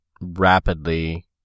rapidly